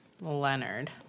Leonard